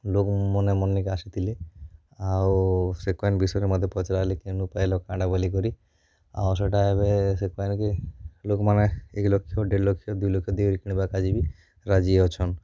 ଲୋକ୍ମନେ ମର୍ନିକେ ଆସିଥିଲେ ଆଉ ସେ କଏନ୍ ବିଷୟରେ ମତେ ପଚ୍ରାଲେ କେନୁ ପାଇଲ କାଁଟା ବୋଲିକରି ଆଉ ସେଟା ଏବେ ସେ କଏନ୍କେ ଲୋକ୍ମାନେ ଏକ୍ ଲକ୍ଷ ଦେଢ଼୍ ଲକ୍ଷ ଦୁଇ ଲକ୍ଷ ଦେଇ କିଣ୍ବାକାଜେ ବି ରାଜି ଅଛନ୍